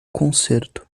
concerto